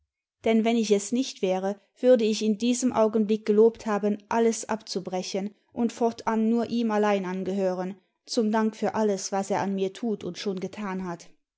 denn wenn ich es nicht wäre würde ich ihm in diesem augenblick gelobt haben alles abzubrechen und fortan nur ihm allein angehören zum dank für alles was er an mir tut und schon getan hat